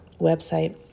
website